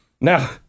now